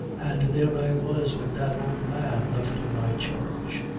and there i was with that old man left in my charge.